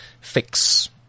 fix